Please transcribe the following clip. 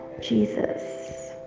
Jesus